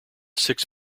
six